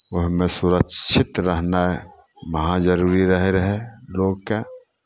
ओहिमे सुरक्षित रहनाइ महा जरूरी रहै रहै लोकके